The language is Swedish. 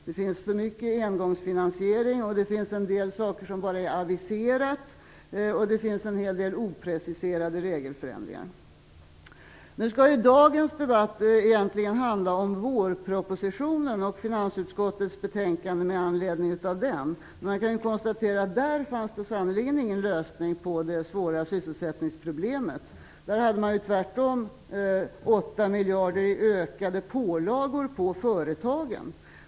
Det finns för mycket engångsfinansiering, det finns en del saker som bara är aviserade och det finns en hel del opreciserade regelförändringar. Nu skall ju dagens debatt egentligen handla om vårpropositionen och finansutskottets betänkande med anledning av den. Vi kan ju konstatera att det i den sannerligen inte fanns någon lösning på det svåra sysselsättningsproblemet. Den innehöll ju tvärtom 8 miljarder i ökade pålagor för företagen.